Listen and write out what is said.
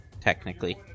technically